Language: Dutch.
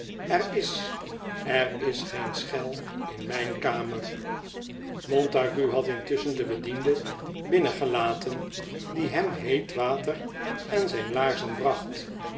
er is er is geen schel in mijn kamer montague had intusschen den bediende binnert gelaten die hem heet water en zijn laarzen bracht